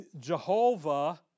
Jehovah